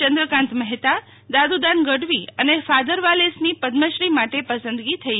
ચંદ્રકાંત મહેતા દાદુદાન ગઢવી અને ફાધર વાલેસની પદ્મશ્રી માટે પસંદગી થઇ છે